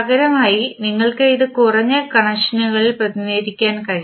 പകരമായി നിങ്ങൾക്ക് ഇത് കുറഞ്ഞ കണക്ഷനുകളിൽ പ്രതിനിധീകരിക്കാനും കഴിയും